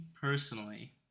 personally